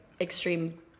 extreme